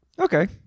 Okay